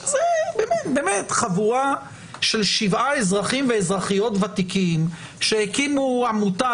באמת חבורה של 7 אזרחים ואזרחיות ותיקים שהקימו עמותה,